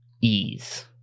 ease